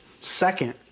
second